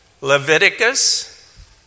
Leviticus